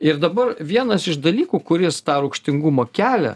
ir dabar vienas iš dalykų kuris tą rūgštingumą kelia